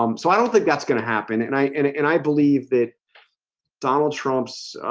um so i don't think that's gonna happen and i and and i believe that donald trump's